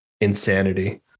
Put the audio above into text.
insanity